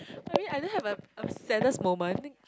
I mean I don't have a a saddest moment I think